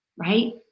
Right